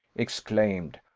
exclaimed,